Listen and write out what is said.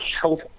health